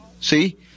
See